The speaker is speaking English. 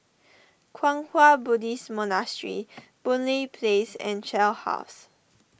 Kwang Hua Buddhist Monastery Boon Lay Place and Shell House